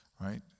Right